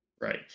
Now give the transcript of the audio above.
Right